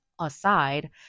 aside